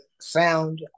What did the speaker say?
sound